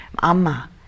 Amma